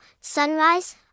Sunrise